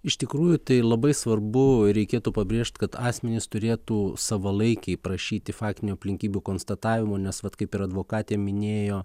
iš tikrųjų tai labai svarbu reikėtų pabrėžt kad asmenys turėtų savalaikiai prašyti faktinių aplinkybių konstatavimo nes vat kaip ir advokatė minėjo